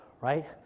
right